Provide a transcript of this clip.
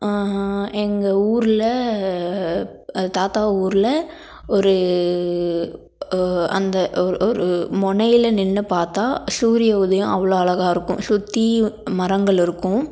எங்கள் ஊரில் தாத்தா ஊரில் ஒரு அந்த ஒரு ஒரு முனையில் நின்று பார்த்தா சூரிய உதயம் அவ்வளோ அழகாருக்கும் சுற்றி மரங்கள் இருக்கும்